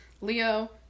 leo